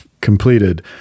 completed